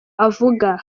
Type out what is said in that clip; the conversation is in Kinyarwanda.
avuga